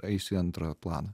eis į antrą planą